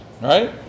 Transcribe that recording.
right